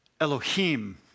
Elohim